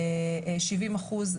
ושבעים אחוז,